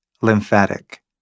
lymphatic